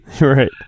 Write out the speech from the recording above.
Right